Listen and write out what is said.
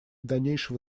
дальнейшего